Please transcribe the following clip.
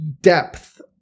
depth